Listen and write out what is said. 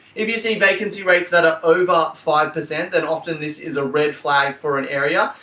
if you see vacancy rates that are over five percent then often this is a red flag for an area.